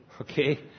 Okay